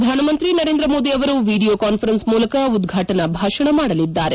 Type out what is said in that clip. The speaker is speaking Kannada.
ಪ್ರಧಾನ ಮಂತ್ರಿ ನರೇಂದ್ರ ಮೋದಿ ಅವರು ವಿಡಿಯೋ ಕಾನ್ವರೆನ್ಸ್ ಮೂಲಕ ಉದ್ವಾಟನಾ ಭಾಷಣ ಮಾಡಲಿದ್ದಾರೆ